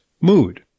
mood